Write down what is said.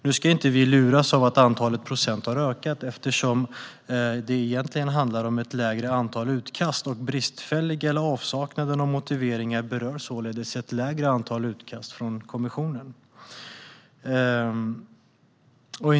Vi ska inte luras av att antalet procent har ökat eftersom det egentligen handlar om ett mindre antal utkast. De motiveringar som är bristfälliga eller helt saknas berör således ett mindre antal utkast från kommissionen än föregående år.